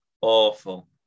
awful